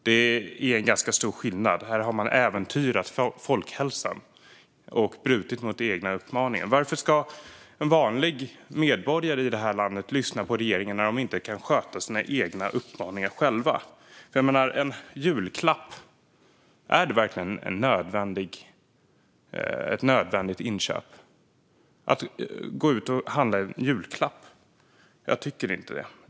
Det är dock en ganska stor skillnad: Här har man äventyrat folkhälsan och brutit mot egna uppmaningar. Varför ska en vanlig medborgare i det här landet lyssna på regeringen när de inte själva kan följa sina egna uppmaningar? Är en julklapp verkligen ett nödvändigt inköp? Är det nödvändigt att gå ut och handla en julklapp? Jag tycker inte det.